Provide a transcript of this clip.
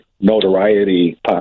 notoriety